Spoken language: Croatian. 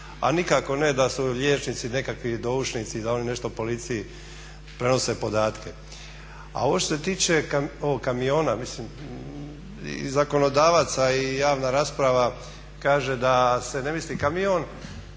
a nikako ne da su liječnici nekakvi doušnici i da oni nešto policiji prenose podatke. A ovo što se tiče kamiona, mislim i zakonodavaca i javna rasprava kaže da se ne misli kamion